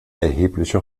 erhebliche